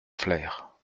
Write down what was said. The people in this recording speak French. flair